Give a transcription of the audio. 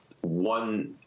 one